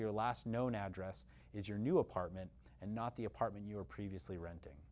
your last known address is your new apartment and not the apartment you were previously renting